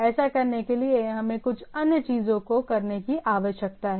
ऐसा करने के लिए हमें कुछ अन्य चीजों को करने की आवश्यकता है